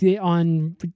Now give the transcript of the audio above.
on